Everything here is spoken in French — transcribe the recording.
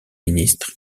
ministre